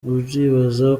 uribaza